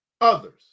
others